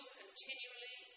continually